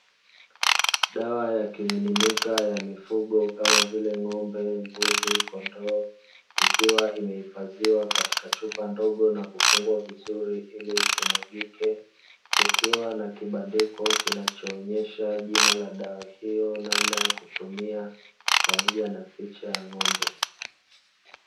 Dawa ya kimiminika ya mifugo kama vile: ng'ombe, mbuzi, kondoo ikiwa imehifadhiwa katika chupa ndogo na kufungwa ili isimwagike, kukiwa na kibandiko kinachoonyesha jina la dawa hiyo, namna ya kutumia, pamoja na picha ya ng'ombe.